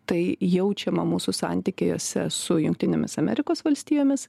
tai jaučiama mūsų santykiuose su jungtinėmis amerikos valstijomis